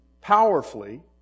powerfully